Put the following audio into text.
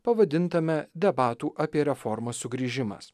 pavadintame debatų apie reformą sugrįžimas